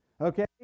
okay